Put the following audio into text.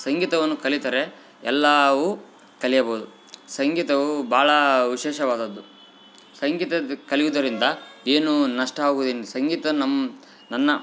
ಸಂಗೀತವನ್ನು ಕಲಿತರೆ ಎಲ್ಲಾವು ಕಲಿಯಬೋದು ಸಂಗೀತವು ಭಾಳ ಉಶೇಷವಾದದ್ದು ಸಂಗೀತದ ಕಲಿಯುದರಿಂದ ಏನು ನಷ್ಟ ಆಗುದೆನ್ ಸಂಗೀತ ನಮ್ಮ ನನ್ನ